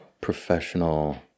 professional